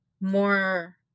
more